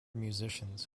musicians